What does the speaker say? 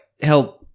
help